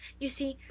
you see,